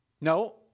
No